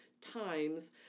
times